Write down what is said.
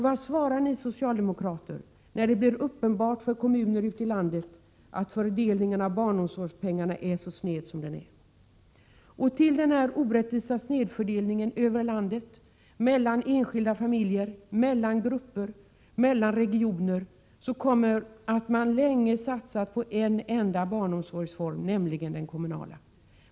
Vad svarar ni socialdemokrater när det blir uppenbart för kommuner ute i landet att fördelningen av barnomsorgspengarna är så sned som den är? Till denna orättvisa snedfördelning över landet — mellan enskilda familjer, mellan grupper, mellan regioner — kommer den omständigheten att man länge satsat på en enda barnomsorgsform, nämligen den kommunala.